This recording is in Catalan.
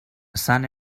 sant